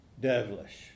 devilish